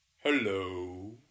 Hello